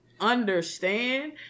understand